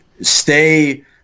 stay